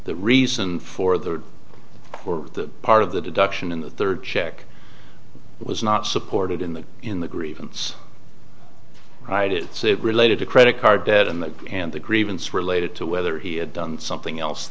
the reason for the quote that part of the deduction in the third check was not supported in the in the grievance right it's related to credit card debt and the and the grievance related to whether he had done something else